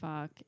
fuck